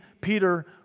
Peter